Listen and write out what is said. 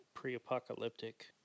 pre-apocalyptic